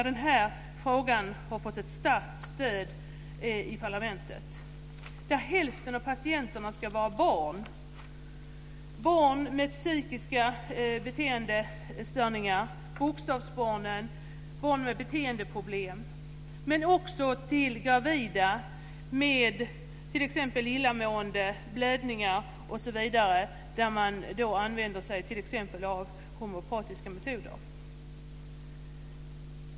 Den här frågan har fått ett starkt stöd i parlamentet. Hälften av patienterna ska vara barn: barn med psykiska störningar, bokstavsbarn, barn med beteendeproblem. Men man vänder sig också till gravida med t.ex. illamående, blödningar osv., där man använder sig av bl.a. homeopatiska metoder.